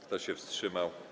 Kto się wstrzymał?